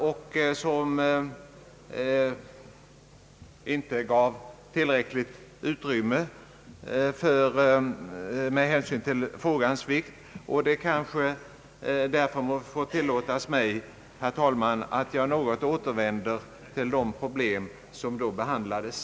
Då denna inte gav tillräckligt utrymme för debatt med hänsyn till frågans vikt, må det tillåtas mig att återvända till det problem som då behandlades.